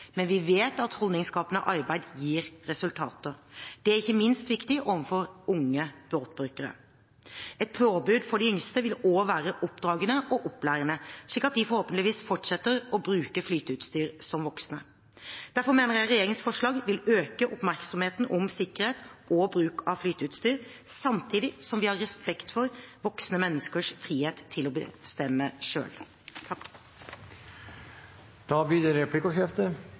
Men vi vet at holdningsskapende arbeid gir resultater. Det er ikke minst viktig overfor unge båtbrukere. Et påbud for de yngste vil også være oppdragende og opplærende, slik at de forhåpentligvis fortsetter å bruke flyteutstyr som voksne. Derfor mener jeg regjeringens forslag vil øke oppmerksomheten om sikkerhet og bruk av flyteutstyr, samtidig som vi har respekt for voksne menneskers frihet til å bestemme selv. Det blir replikkordskifte.